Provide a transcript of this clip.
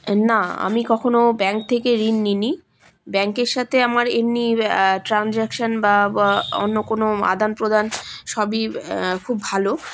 না আমি কখনও ব্যাঙ্ক থেকে ঋণ নিইনি ব্যাংকের সাথে আমার এমনি ট্রানজ্যাকশান বা অন্য কোনো আদান প্রদান সবই খুব ভালো